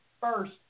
first